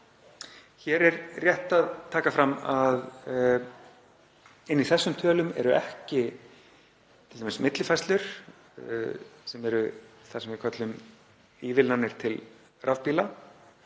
Hér er rétt að taka fram að inni í þessum tölum eru ekki t.d. millifærslur sem eru það sem við köllum ívilnanir til rafbíla,